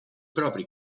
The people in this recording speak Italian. propri